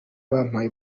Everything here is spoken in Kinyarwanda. bampaye